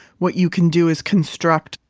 what you can do is construct.